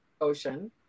Ocean